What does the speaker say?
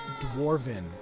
dwarven